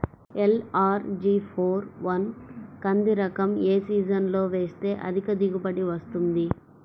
LRG four one కంది రకం ఏ సీజన్లో వేస్తె అధిక దిగుబడి వస్తుంది?